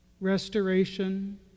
restoration